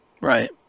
Right